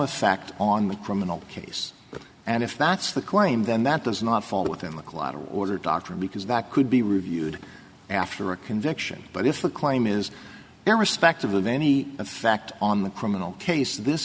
effect on the criminal case and if that's the claim then that does not fall within the clout of order doctrine because that could be reviewed after a conviction but if the claim is irrespective of any effect on the criminal case this